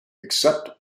except